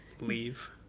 leave